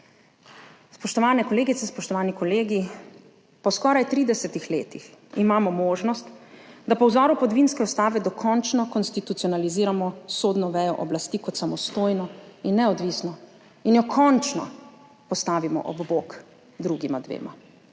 Spoštovane kolegice, spoštovani kolegi, po skoraj 30 letih imamo možnost, da po vzoru podvinske ustave dokončno konstitucionaliziramo sodno vejo oblasti kot samostojno in neodvisno in jo končno postavimo ob bok drugima dvema,